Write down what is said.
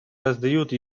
раздают